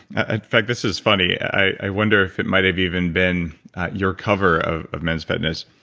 ah fact, this is funny. i wonder if it might have even been your cover of of men's fitness,